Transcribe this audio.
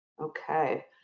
Okay